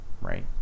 right